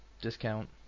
discount